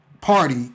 party